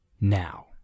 now